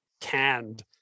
canned